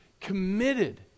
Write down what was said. committed